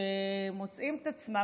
שמוצאים את עצמם,